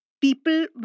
people